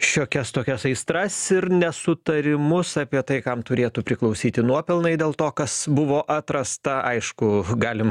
šiokias tokias aistras ir nesutarimus apie tai kam turėtų priklausyti nuopelnai dėl to kas buvo atrasta aišku galim